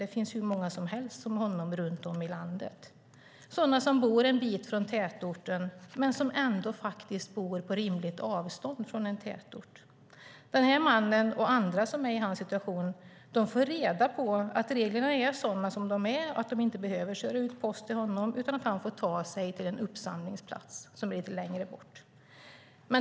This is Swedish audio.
Det finns hur många som helst som han runt om i landet, sådana som bor en bit från tätorten men som ändå faktiskt bor på rimligt avstånd från en tätort. Den här mannen och andra som är i hans situation får reda på att reglerna är som de är och att Posten inte behöver köra ut post åt någon, utan man får ta sig till en uppsamlingsplats lite längre bort.